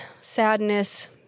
sadness